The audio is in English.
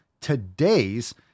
today's